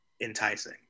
enticing